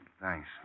thanks